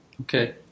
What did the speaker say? Okay